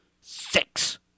six